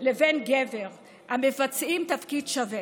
לבין גבר המבצעים תפקיד שווה.